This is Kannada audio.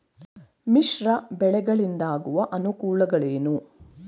ಮಿಶ್ರ ಬೆಳೆಗಳಿಂದಾಗುವ ಅನುಕೂಲಗಳೇನು?